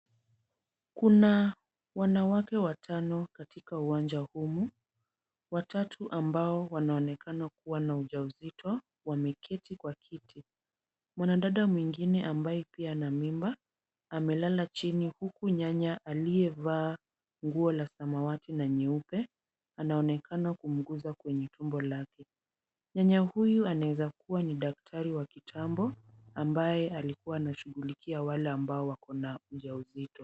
Kuna wanawake watano katika uwanja humu, watatu ambao wanaonekana kuwa na ujauzito wameketi kwa kiti. Mwanadada mwingine ambaye pia ana mimba amelala chini, huku nyanya aliyevaa nguo la samawati na nyeupe anaonekana kumgusa kwenye tumbo lake. Nyanya huyu anaweza kuwa ni daktari wa kitambo ambaye alikuwa anashughulikia wale ambao wako na ujauzito.